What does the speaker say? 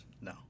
No